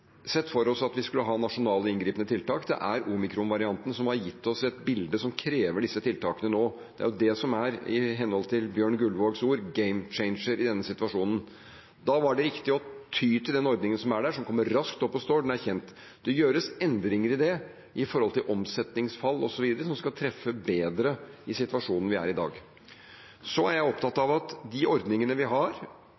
sett for oss at vi skulle ha nasjonale inngripende tiltak. Det er omikronvarianten som har gitt oss et bilde som krever disse tiltakene nå – det er jo det som i henhold til Bjørn Guldvog er en gamechanger i denne situasjonen. Da var det riktig å ty til den ordningen som er der, som kommer raskt opp og står – den er kjent. Det gjøres endringer i det når det gjelder omsetningsfall osv., som skal treffe bedre i situasjonen vi er i i dag. Så er jeg opptatt